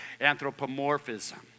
Anthropomorphism